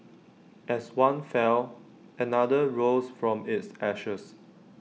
as one fell another rose from its ashes